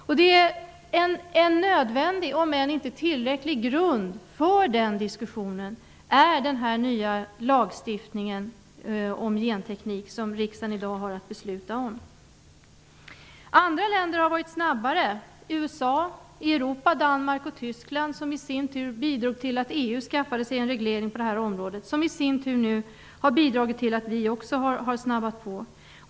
Den nya lagstiftning om genteknik som riksdagen i dag har att besluta om är en nödvändig om än inte tillräcklig grund för den diskussionen. Andra länder har varit snabbare: USA och i Europa Danmark och Tyskland, som i sin tur bidrog till att EU skaffade sig en reglering på området. Det har i sin tur nu bidragit till att vi också har snabbat på.